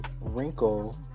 wrinkle